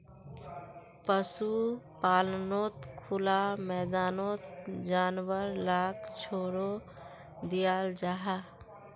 पशुपाल्नोत खुला मैदानोत जानवर लाक छोड़े दियाल जाहा